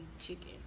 chicken